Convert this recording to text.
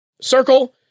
circle